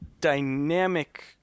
dynamic